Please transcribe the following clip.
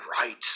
right